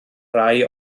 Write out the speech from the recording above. rai